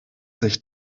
sich